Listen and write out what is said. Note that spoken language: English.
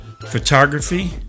photography